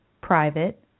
private